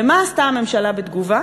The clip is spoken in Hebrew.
ומה עשתה הממשלה בתגובה?